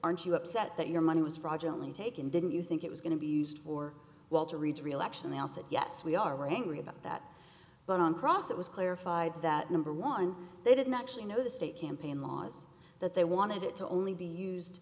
aren't you upset that your money was fraudulent taken didn't you think it was going to be used for walter reed reelection they all said yes we are angry about that but on cross it was clarified that number one they did not actually know the state campaign laws that they wanted it to only be used